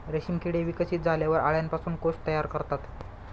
रेशीम किडे विकसित झाल्यावर अळ्यांपासून कोश तयार करतात